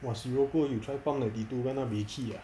!wah! sirocco you drive past ninety two kena buey ki ah